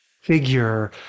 figure